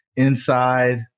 inside